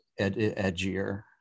edgier